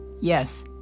Yes